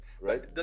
Right